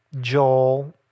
Joel